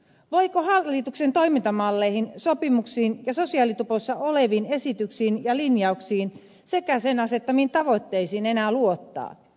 voiko hallituksen toimintamalleihin sopimuksiin ja sosiaalitupossa oleviin esityksiin ja linjauksiin sekä sen asettamiin tavoitteisiin enää luottaa